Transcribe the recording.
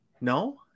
No